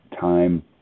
time